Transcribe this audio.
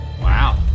wow